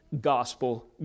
gospel